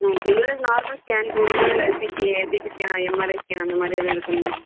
ஆ general normal scan போதுமா இல்லை சிபி சிடி ஸ்கேன் எம்ஆர்ஐ ஸ்கேன் அந்தமாதிரி எதுவும் எடுக்கணுமா